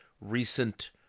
recent